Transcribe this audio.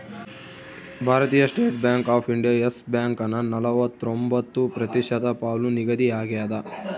ಭಾರತೀಯ state bank of India Yes ಬ್ಯಾಂಕನ ನಲವತ್ರೊಂಬತ್ತು ಪ್ರತಿಶತ ಪಾಲು ನಿಗದಿಯಾಗ್ಯದ